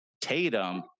Tatum